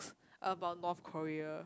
about North Korea